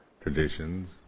traditions